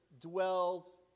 dwells